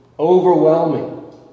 overwhelming